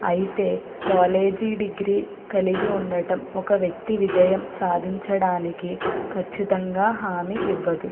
అయితే college degree కలిగి ఉండటం ఒక వ్యక్తి విజయం సాధించడానికి ఖచ్చితంగా హామీ ఇవ్వదు